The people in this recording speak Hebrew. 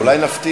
אולי נפתיע.